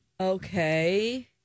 Okay